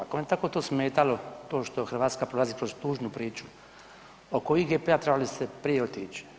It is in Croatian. Ako vam je tako to smetalo, to što Hrvatska prolazi kroz tužnu priču oko IGP-a, trebali ste prije otići.